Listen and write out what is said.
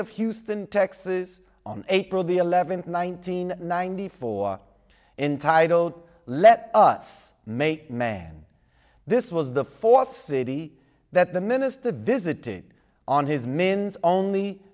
of houston texas on april the eleventh nineteen ninety four entitled let us may man this was the fourth city that the minister visited on his min's only